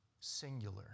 singular